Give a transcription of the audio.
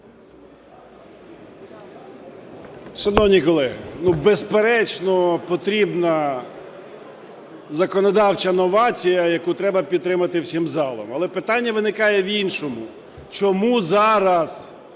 Шановні колеги, безперечно потрібна законодавча новація, яку треба підтримати всім залом. Але питання виникає в іншому. Чом у зараз,